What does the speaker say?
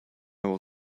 will